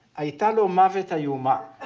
ayita lomavit ah yeah ayumar.